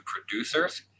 producers